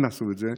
אם עשו את זה,